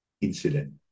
incident